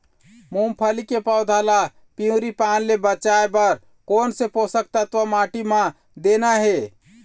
मुंगफली के पौधा ला पिवरी पान ले बचाए बर कोन से पोषक तत्व माटी म देना हे?